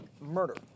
murder